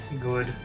good